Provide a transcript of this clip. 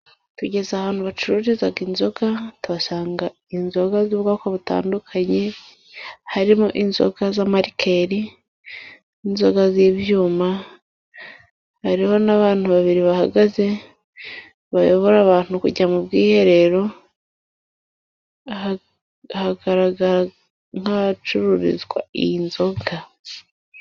Tugeze ahantu bacururiza inzoga tuhasanga inzoga z'ubwoko butandukanye. Harimo inzoga z'amarikeli n'inzoga z'ibyuma. Hariho n'abantu babiri bahagaze bayobora abantu kujya mu bwiherero hagaragara nk'ahacururizwa iyi nzoga.